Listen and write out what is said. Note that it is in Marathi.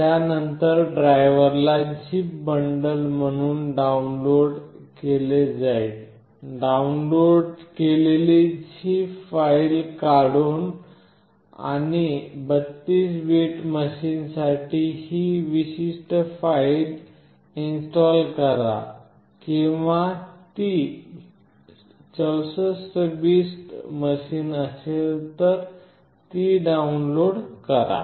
त्यानंतर ड्रायव्हरला झिप बंडल म्हणून डाउनलोड केले जाईल डाउनलोड केलेली झिप फाईल काढा आणि 32 बिट मशीन साठी ही विशिष्ट फाइल इंस्टॉल करा किंवा ती 64 बिट मशीन असेल तर ती डाउनलोड करा